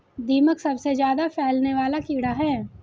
दीमक सबसे ज्यादा फैलने वाला कीड़ा है